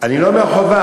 אני לא אומר חובה.